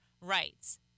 rights